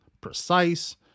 precise